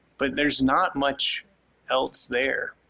but there's not much else there,